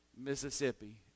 Mississippi